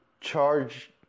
charge